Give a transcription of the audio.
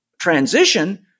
transition